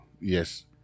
Yes